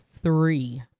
three